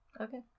Okay